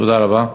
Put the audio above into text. תודה רבה,